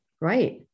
Right